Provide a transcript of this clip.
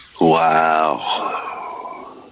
Wow